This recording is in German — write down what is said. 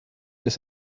des